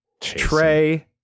Trey